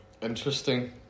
interesting